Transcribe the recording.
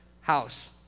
house